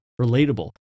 relatable